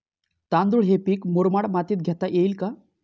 तांदूळ हे पीक मुरमाड मातीत घेता येईल का?